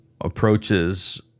approaches